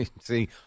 See